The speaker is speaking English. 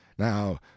now